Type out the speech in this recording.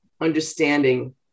understanding